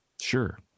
Sure